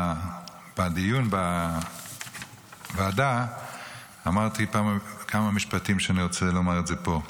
בדיון בוועדה אמרתי כמה משפטים שאני רוצה לומר פה.